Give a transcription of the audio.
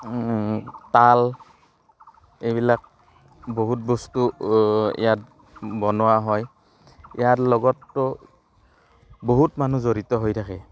তাল এইবিলাক বহুত বস্তু ইয়াত বনোৱা হয় ইয়াৰ লগতো বহুত মানুহ জড়িত হৈ থাকে